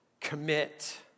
Commit